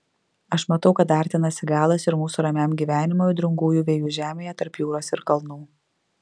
aš matau kad artinasi galas ir mūsų ramiam gyvenimui audringųjų vėjų žemėje tarp jūros ir kalnų